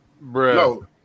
Bro